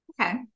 okay